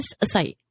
aside